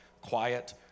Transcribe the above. quiet